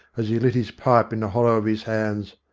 as he lit his pipe in the hollow of his hands,